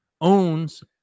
owns